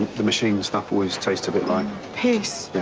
the machine's stuff always tastes a bit like piss. yeah.